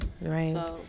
right